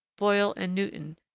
boyle and newton,